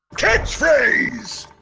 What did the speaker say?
catchphrase